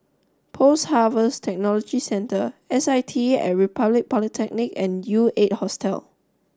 Post Harvest Technology Centre S I T at Republic Polytechnic and U Eight Hostel